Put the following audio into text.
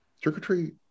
Trick-or-treat